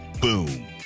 boom